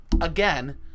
again